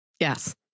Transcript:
yes